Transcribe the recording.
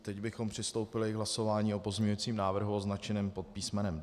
Teď bychom přistoupili k hlasování o pozměňujícím návrhu označeném pod písmenem D.